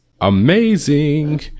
amazing